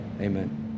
amen